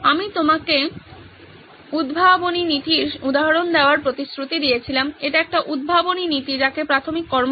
আমি আপনাকে উদ্ভাবনী নীতির উদাহরণ দেওয়ার প্রতিশ্রুতি দিয়েছিলাম এটি একটি উদ্ভাবনী নীতি যাকে প্রাথমিক কর্ম বলে